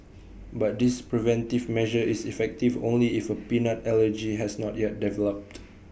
but this preventive measure is effective only if A peanut allergy has not yet developed